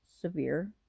severe